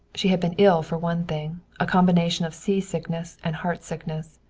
she had been ill for one thing a combination of seasickness and heartsickness.